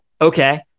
okay